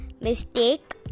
mistake